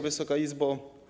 Wysoka Izbo!